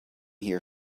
here